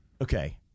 okay